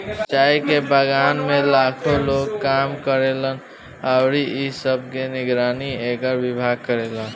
चाय के बगान में लाखो लोग काम करेलन अउरी इ सब के निगरानी एकर विभाग करेला